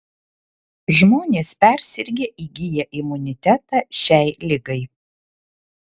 žmonės persirgę įgyja imunitetą šiai ligai